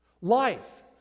Life